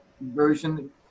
version